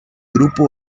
grupo